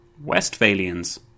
Westphalians